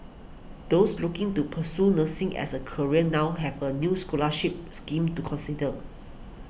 those looking to pursue nursing as a career now have a new scholarship scheme to consider